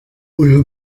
uyu